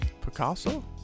Picasso